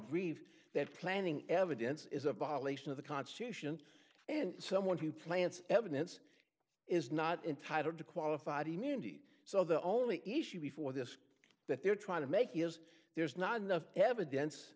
grieved that planning evidence is a violation of the constitution and someone who plants evidence is not entitled to qualified immunity so the only issue before this that they're trying to make is there's not enough evidence